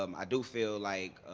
um i do feel like